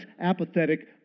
apathetic